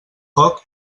foc